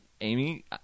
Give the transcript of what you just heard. Amy